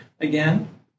again